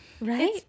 Right